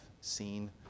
seen